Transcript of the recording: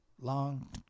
Long